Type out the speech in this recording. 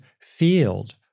field